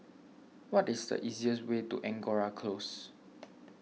what is the easiest way to Angora Close